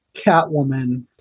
Catwoman